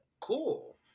Cool